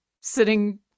sitting